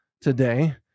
today